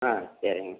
ம் சரிங்க